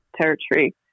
territory